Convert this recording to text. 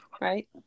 Right